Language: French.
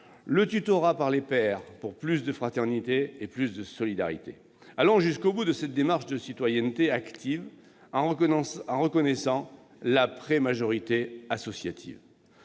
le tutorat par les pairs, pour plus de fraternité et de solidarité. Allons jusqu'au bout de cette démarche de promotion de la citoyenneté active en reconnaissant la prémajorité associative.